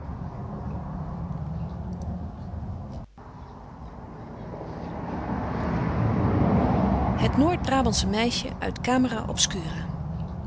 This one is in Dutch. het noordbrabantsche meisje op